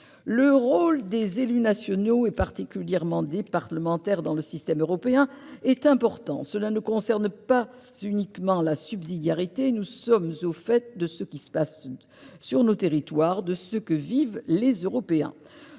Le rôle des élus nationaux, particulièrement des parlementaires, dans le système européen est important. Cela ne concerne pas uniquement la subsidiarité. Nous sommes au fait de ce qui se passe sur nos territoires, de ce que vivent les Européens.